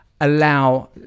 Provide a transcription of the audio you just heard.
allow